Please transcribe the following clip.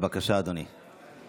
בבקשה, אדוני.